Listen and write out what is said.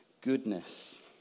goodness